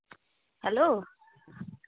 hello